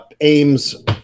aims